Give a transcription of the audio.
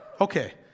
Okay